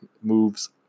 moves